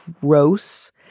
gross